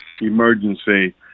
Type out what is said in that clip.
emergency